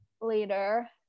later